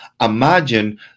imagine